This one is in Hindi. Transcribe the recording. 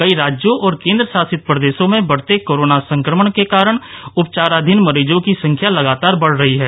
कई राज्यों और केन्द्र शासित प्रदेशों में बढते कोरोना संक्रमण के कारण उपचाराधीन मरीजों की संख्या लगातार बढ़ रही है